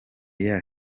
year